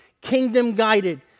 kingdom-guided